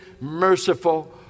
merciful